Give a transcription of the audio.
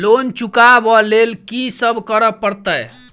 Loan चुका ब लैल की सब करऽ पड़तै?